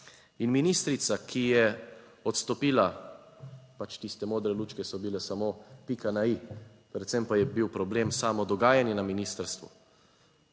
In ministrica, ki je odstopila, pač tiste modre lučke so bile samo pika na i, predvsem pa je bil problem samo dogajanje na ministrstvu.